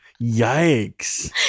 Yikes